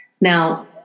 Now